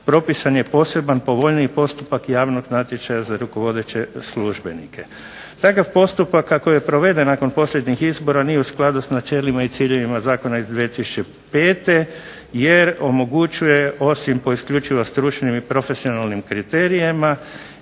propisan je poseban, povoljniji postupak javnog natječaja za rukovodeće službenike. Takav postupak ako je proveden nakon posljednjih izbora nije u skladu sa načelima i ciljevima Zakona iz 2005. jer omogućuje osim po isključivo stručnim i profesionalnim kriterijima